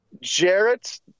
Jarrett